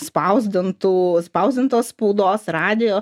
spausdintų spausdintos spaudos radijo